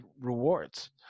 rewards